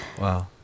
Wow